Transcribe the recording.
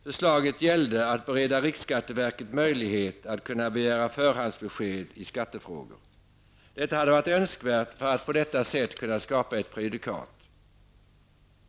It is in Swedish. Förslaget i motionen gällde att bereda riksskatteverket möjlighet att begära förhandsbesked i skattefrågor. Detta hade varit önskvärt för att kunna skapa ett prejudikat.